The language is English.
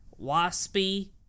waspy